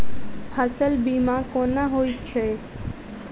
फसल बीमा कोना होइत छै?